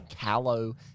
callow